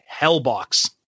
Hellbox